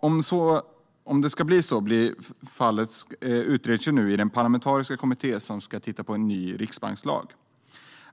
Om så ska vara fallet utreds nu i den parlamentariska kommitté som ska titta på en ny riksbankslag.